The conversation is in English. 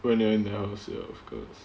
when you are in the house ya of course